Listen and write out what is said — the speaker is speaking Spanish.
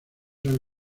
han